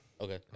Okay